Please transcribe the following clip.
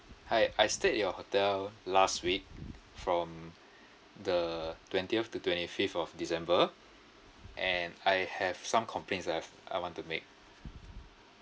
hi I stayed at your hotel last week from the twentieth to twenty-fifth of december and I have some complaints I have I want to make